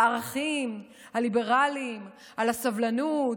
על הערכים הליברליים, על הסבלנות,